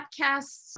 podcasts